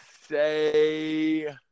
say